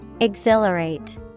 Exhilarate